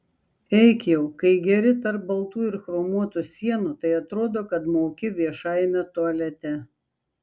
eik jau kai geri tarp baltų ir chromuotų sienų tai atrodo kad mauki viešajame tualete